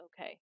okay